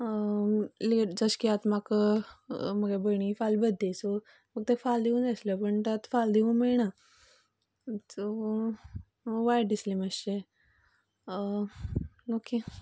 late जशें की आता म्हाका म्हगे भयणीक फाल्यां बड्डे सो तेका फाल्यां दिवंक जाय आशिल्लें पूण तो आतां फाल्यां दिवंक मेळना सो वायट दिसलें मातशें ओके